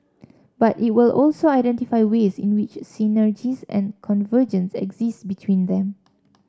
but it will also identify ways in which synergies and convergences exist between them